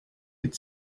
had